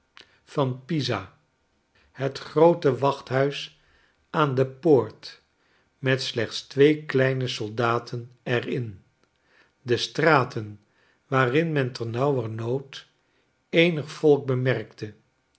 italie pisa het groote wachthuis aan depoortmet slechts twee kleine soldaten er in de straten waarin men ternauwernood eenig volk bemerkte